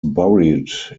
buried